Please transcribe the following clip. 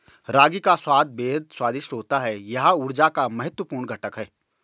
रागी का स्वाद बेहद स्वादिष्ट होता है यह ऊर्जा का महत्वपूर्ण घटक है